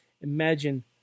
Imagine